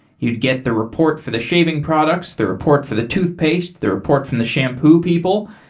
you'd get the report for the shaving products, the report for the toothpaste, the report from the shampoo people.